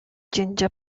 ginger